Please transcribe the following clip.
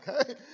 okay